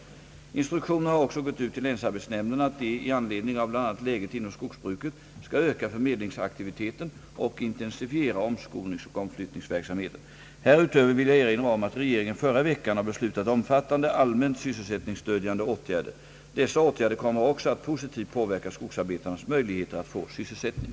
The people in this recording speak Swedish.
Instruktioner har också gått ut till länsarbetsnämnderna att de i anledning av bl.a. läget inom skogsbruket skall öka förmedlingsaktiviteten och intensifiera omskolningsoch omflyttningsverksamheten. Härutöver vill jag erinra om att regeringen förra veckan har beslutat omfattande allmänt sysselsättningsstödjande åtgärder. Dessa åtgärder kommer också att positivt påverka skogsarbetarnas möjligheter att få sysselsättning.